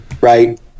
right